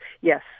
yes